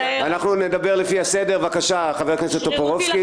אנחנו נדבר לפי הסדר -- חבר הכנסת טופורובסקי,